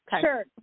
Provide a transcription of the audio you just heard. Sure